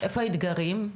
איפה האתגרים?